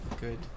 good